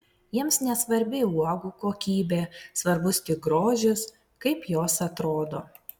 jiems nesvarbi uogų kokybė svarbus tik grožis kaip jos atrodo